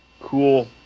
Cool